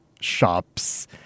shops